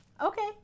Okay